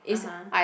(uh huh)